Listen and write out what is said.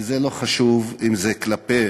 וזה לא חשוב אם זה כלפי